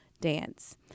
Dance